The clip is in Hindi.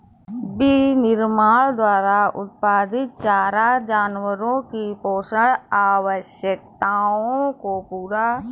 विनिर्माण द्वारा उत्पादित चारा जानवरों की पोषण आवश्यकताओं को पूरा करता है